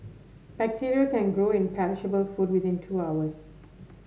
bacteria can grow in perishable food within two hours